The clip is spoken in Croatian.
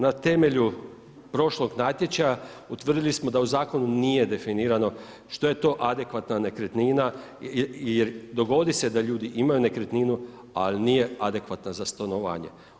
Na temelju prošlog natječaja utvrdili smo da u zakonu nije definirano što je to adekvatna nekretnina jer dogodi se da ljudi imaju nekretninu, ali nije adekvatna za stanovanje.